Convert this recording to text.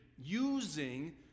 using